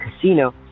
casino